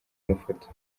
mafoto